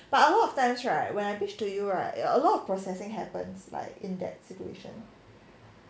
[one] just complain complain of it but a lot of times right when I wish to you right you a lot of processing happens like in that situation